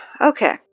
Okay